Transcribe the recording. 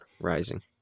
rising